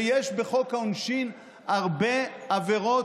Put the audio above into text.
ויש בחוק העונשין הרבה עבירות,